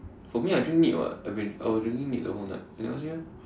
for me I drink neat [what] I was I was drinking neat the whole night you never see meh